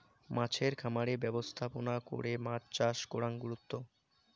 মাছের খামারের ব্যবস্থাপনা করে মাছ চাষ করাং গুরুত্ব